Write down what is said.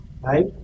Right